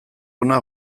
ona